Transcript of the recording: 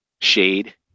Shade